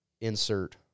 insert